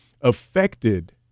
affected